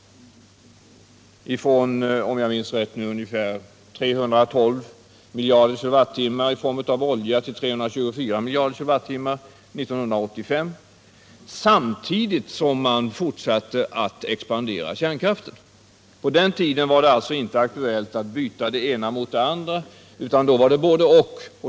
Om jag minns rätt skulle ökningen ske från 312 miljarder kWh i form av olja till 324 miljarder KWh 1985. Samtidigt skulle man fortsätta att expandera kärnkraften. På den tiden var det inte aktuellt att byta det ena mot det andra utan då gällde det både-och.